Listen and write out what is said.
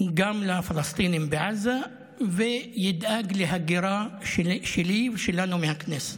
גם לפלסטינים בעזה וידאג להגירה שלי ושלנו מהכנסת.